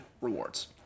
rewards